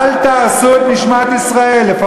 אין בעיה.